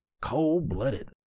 cold-blooded